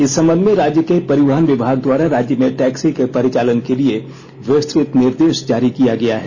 इस संबंध में राज्य के परिवहन विभाग द्वारा राज्य में टैक्सी के परिचालन के लिए विस्तृत निर्देष जारी किया गया है